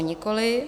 Nikoliv.